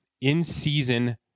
in-season